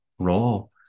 Role